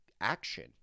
action